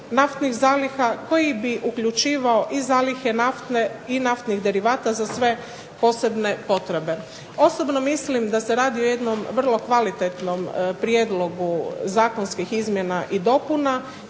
naftnih zaliha koji bi uključivao i zalihe nafte i naftnih derivata za sve posebne potrebe. Osobno mislim da se radi o jednom vrlo kvalitetnom prijedlogu zakonskih izmjena i dopuna